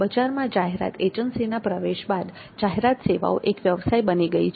બજારમાં જાહેરાત એજન્સીના પ્રવેશ બાદ જાહેરાત સેવાઓ એક વ્યવસાય બની ગઈ છે